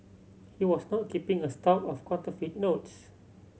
he was not keeping a stock of counterfeit note